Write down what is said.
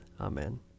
Amen